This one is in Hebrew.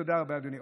תודה רבה, אדוני.